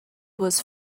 was